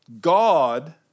God